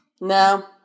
No